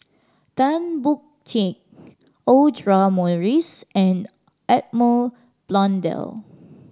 Tan Boon Teik Audra Morrice and Edmund Blundell